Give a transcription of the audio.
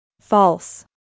False